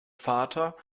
vater